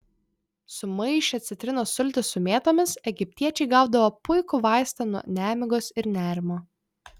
sumaišę citrinos sultis su mėtomis egiptiečiai gaudavo puikų vaistą nuo nemigos ir nerimo